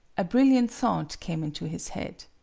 a brilliant thought came into his head.